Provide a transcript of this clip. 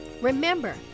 Remember